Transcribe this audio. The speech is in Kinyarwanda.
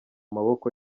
maboko